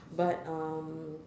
but um